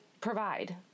provide